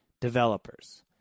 Developers